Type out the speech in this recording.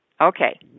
Okay